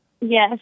Yes